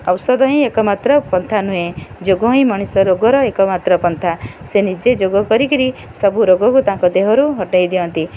ଔଷଧ ହିଁ ଏକମାତ୍ର ପନ୍ଥା ନୁହେଁ ଯୋଗ ହିଁ ମଣିଷ ରୋଗର ଏକମାତ୍ର ପନ୍ଥା ସେ ନିଜେ ଯୋଗ କରିକରି ସବୁ ରୋଗକୁ ତାଙ୍କ ଦେହରୁ ହଟାଇ ଦିଅନ୍ତି